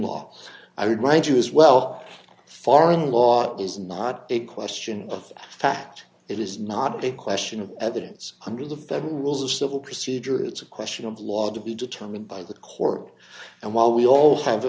law i remind you as well foreign law is not a question of fact it is not a question of evidence under the federal rules of civil procedure it's a question of law to be determined by the court and while we all have